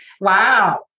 Wow